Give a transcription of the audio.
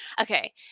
Okay